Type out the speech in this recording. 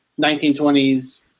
1920s